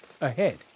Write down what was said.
ahead